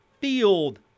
field